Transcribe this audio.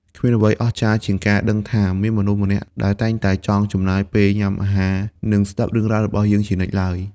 គ្មានអ្វីអស្ចារ្យជាងការដឹងថាមានមនុស្សម្នាក់ដែលតែងតែចង់ចំណាយពេលញ៉ាំអាហារ និងស្ដាប់រឿងរ៉ាវរបស់យើងជានិច្ចឡើយ។